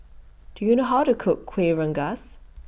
Do YOU know How to Cook Kueh Rengas